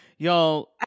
Y'all